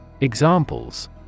Examples